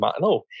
No